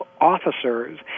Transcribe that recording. officers